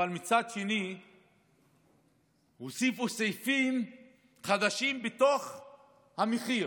ומצד שני הוסיפו סעיפים חדשים בתוך המחיר.